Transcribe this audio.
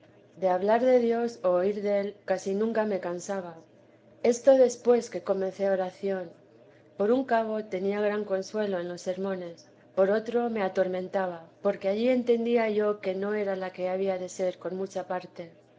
de hablar de dios o oír del casi nunca me cansaba esto después que comencé oración por un cabo tenía gran consuelo en los sermones por otro me atormentaba porque allí entendía yo que no era la que había de ser con mucha parte